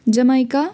Jamaica